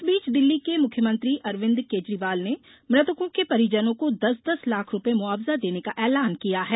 इस बीच दिल्ली के मुख्यमंत्री अरविंद केजरीवाल ने मृतकों के परिजनों को दस दस लाख रुपये मुआवजा देने का एलान किया है